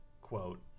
quote